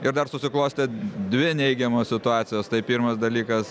ir dar susiklostė dvi neigiamos situacijos tai pirmas dalykas